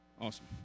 Awesome